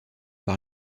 par